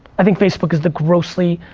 i think facebook is the grossly,